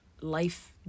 life